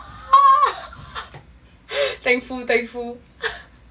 thankful thankful